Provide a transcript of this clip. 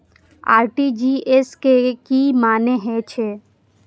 RTGS के की मानें हे छे?